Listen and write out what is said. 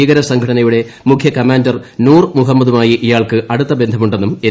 ഭീകരസംഘടനയുടെ മുഖ്യൂ കമാൻഡർ നൂർ മുഹമ്മദുമായി ഇയാൾക്ക് അടുത്ത ബ്ലസ്സമുണ്ടെന്നും എൻ